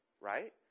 Right